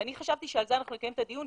ואני חשבתי שעל זה אנחנו נקיים את הדיון,